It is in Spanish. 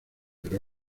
pero